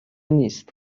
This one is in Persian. نیست